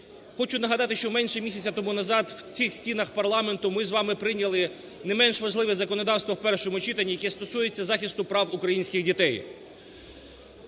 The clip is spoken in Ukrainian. Хочу нагадати, що менше місяця тому назад в цих стінах парламенту ми з вами прийняли не менш важливе законодавство в першому читанні, яке стосується захисту прав українських дітей.